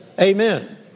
Amen